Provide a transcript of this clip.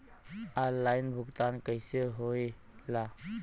Online भुगतान कैसे होए ला?